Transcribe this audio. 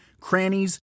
crannies